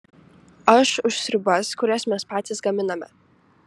aš už sriubas kurias mes patys gaminame